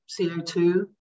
CO2